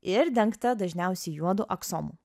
ir dengta dažniausiai juodu aksomu